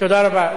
תודה רבה.